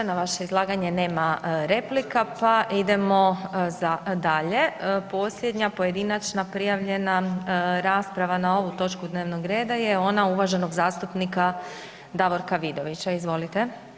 Na vaše izlaganje nema replika pa idemo dalje, Posljednja pojedinačna prijavljena rasprava na ovu točku dnevnog reda je ona uvaženog zastupnika Davorka Vidovića, izvolite.